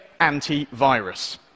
antivirus